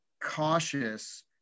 cautious